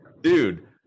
Dude